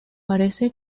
parece